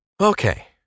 Okay